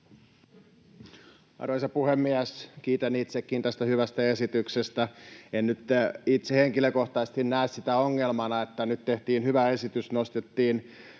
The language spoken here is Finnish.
Arvoisa puhemies! Kiitän itsekin tästä hyvästä esityksestä. En nyt itse henkilökohtaisesti näe ongelmana sitä, että nyt tehtiin hyvä esitys, nostettiin